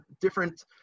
different